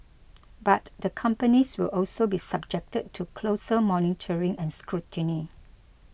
but the companies will also be subjected to closer monitoring and scrutiny